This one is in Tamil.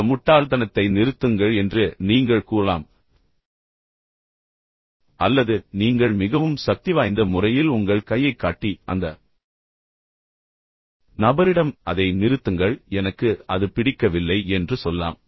இந்த முட்டாள்தனத்தை நிறுத்துங்கள் என்று நீங்கள் கூறலாம் அல்லது நீங்கள் மிகவும் சக்திவாய்ந்த முறையில் உங்கள் கையைக் காட்டி அந்த நபரிடம் அதை நிறுத்துங்கள் எனக்கு அது பிடிக்கவில்லை என்று சொல்லலாம்